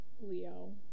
leo